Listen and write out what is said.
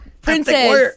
princess